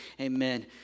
Amen